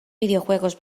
videojuegos